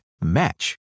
Match